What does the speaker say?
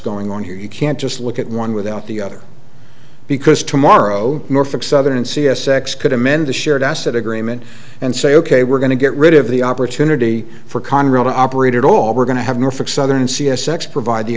going on here you can't just look at one without the other because tomorrow morphic southern c s x could amend the shared asset agreement and say ok we're going to get rid of the opportunity for conrail to operate at all we're going to have norfolk southern c s x provide the